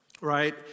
right